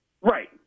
Right